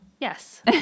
Yes